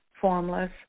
formless